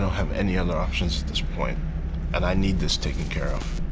so have any other options at this point and i need this taken care of.